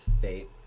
fate